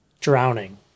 drowning